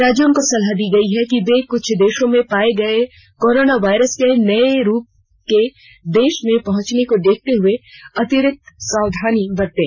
राज्यों को सलाह दी गई है कि वे कुछ देशों में पाए गए कोरोना वायरस के नए स्वरूप के देश में पहुंचने को देखते हुए अतिरिक्त सावधानी बरतें